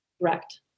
Correct